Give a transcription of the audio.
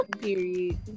Period